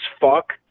fuck